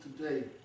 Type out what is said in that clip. today